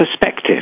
perspective